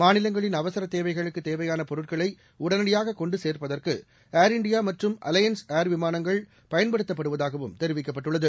மாநிலங்களின் அவசரதேவைகளுக்குதேவையானபொருட்களைஉடனடியாககொண்டுசோ்ப்பத ற்குஏ் இந்தியாமற்றும் அலையன்ஸ் ள் விமானங்கள் பயன்படுத்தபடுவதாகவும் தெரிவிக்கப்பட்டுள்ளது